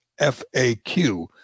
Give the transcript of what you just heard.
FAQ